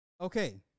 Okay